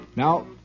Now